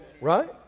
Right